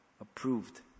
approved